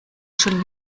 schon